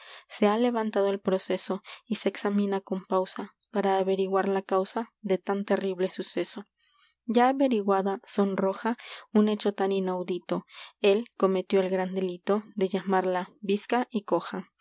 se ha levantado el proceso y se examina con pausa para averiguar la causa de tan terrible suceso ya un averiguada sonroja hecho tan inaudito gran él cometió el delito coja de llamarla bizca y